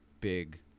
big